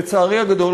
לצערי הגדול,